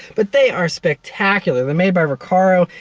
but they are spectacular! they're made by recaro